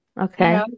Okay